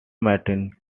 martin